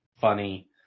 Funny